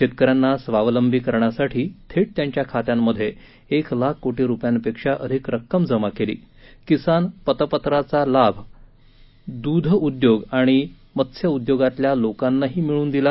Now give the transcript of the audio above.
शेतकऱ्यांना स्वावलंबी करण्यासाठी थेट त्यांच्या खात्यांमधे एक लाख कोटी रुपयांपेक्षा अधिक रक्कम जमा केली किसान पतपत्राचा लाभ दुध उद्योग आणि मत्स्य उद्योगातल्या लोकांनाही मिळवून दिला